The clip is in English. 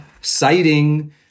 citing